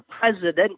president